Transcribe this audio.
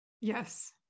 yes